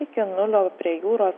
iki nulio prie jūros